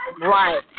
Right